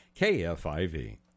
KFIV